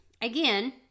again